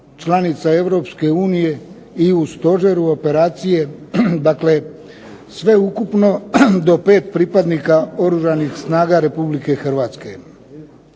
članica Europske unije i u stožeru operacije. Dakle, sveukupno do 5 pripadnika Oružanih snaga Republike Hrvatske.